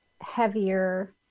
heavier